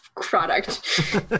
product